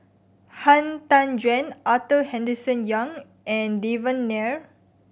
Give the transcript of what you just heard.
Han Tan Juan Arthur Henderson Young and Devan Nair